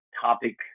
topic